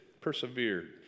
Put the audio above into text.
persevered